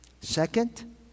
Second